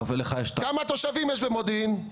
כמה תושבים יש במודיעין?